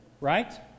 Right